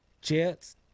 Jets